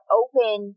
open